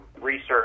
research